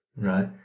Right